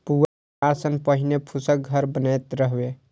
पुआर सं पहिने फूसक घर बनैत रहै